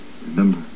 Remember